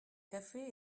café